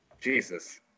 Jesus